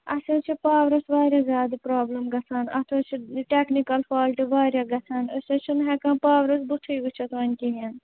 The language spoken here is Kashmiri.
اَسہِ حظ چھِ پاورَس واریاہ زیادٕ پرٛابلِم گژھان اَتھ حظ چھِ ٹیکنِکَل فالٹہٕ واریاہ گژھان أسۍ حظ چھِنہٕ ہٮ۪کان پاورَس بُتھٕے وُچھِتھ وۅنۍ کِہیٖنۍ